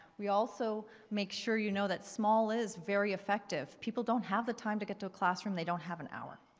we also make sure you know that small is very effective people don't have the time to get to a classroom. they don't have an hour.